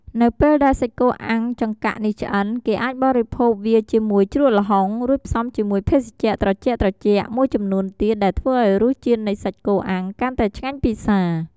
នៅពេលដែលសាច់គោអាំងចង្កាក់នេះឆ្អិន គេអាចបរិភោគវាជាមួយជ្រក់ល្ហុង រួមផ្សំជាមួយភេសជ្ជៈត្រជាក់ៗមួយចំនួនទៀតដែលធ្វើឱ្យរសជាតិនៃសាច់គោអាំងកាន់តែឆ្ងាញ់ពិសា។